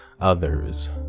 others